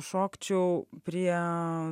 šokčiau prie